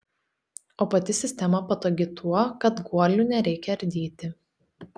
o pati sistema patogi tuo kad guolių nereikia ardyti